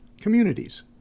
communities